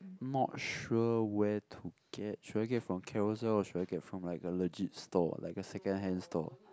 not sure where to get should I get from Carousell or should I get from like a legit store like a second hand store